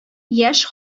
яшь